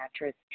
mattress